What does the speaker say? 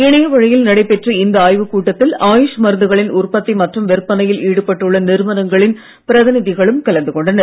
இணையவழியில் நடைபெற்ற இந்த ஆய்வுக் கூட்டத்தில் ஆயுஷ் மருந்துகளின் உற்பத்தி மற்றும் விற்பனையில் ஈடுபட்டுள்ள நிறுவனங்களின் பிரதிநிதிகளும் கலந்து கொண்டனர்